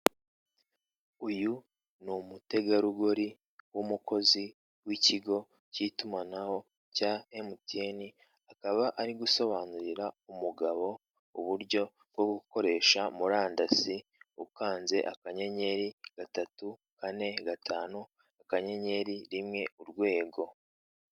Uyu n'umutegarugori w'umukozi wikigo cy'itumanaho cya emutiyeni akaba ari gusobanurira umugabo uburyo bwo gukoresha murandasi ukanze akanyenyeri gatatu kane gatanu akanyenyeri rimwe urwego.